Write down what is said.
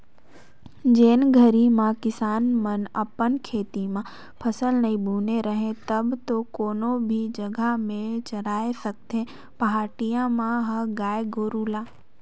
जेन घरी में किसान मन अपन खेत म फसल नइ बुने रहें तब तो कोनो भी जघा में चराय सकथें पहाटिया मन ह गाय गोरु ल